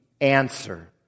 answer